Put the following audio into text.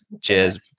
Cheers